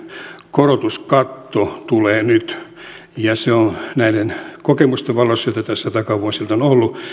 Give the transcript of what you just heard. korotuskatto tulee nyt se on näiden kokemusten valossa joita tässä takavuosina on ollut